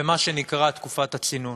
במה שנקרא תקופת הצינון.